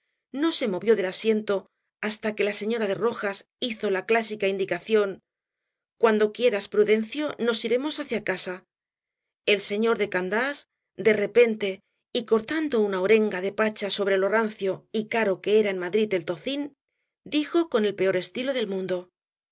no se movió del asiento hasta que la señora de rojas hizo la clásica indicación cuando quieras prudencio nos iremos hacia casa el señor de candás de repente y cortando una arenga de pacha sobre lo rancio y caro que era en madrid el tocín dijo con el peor estilo del mundo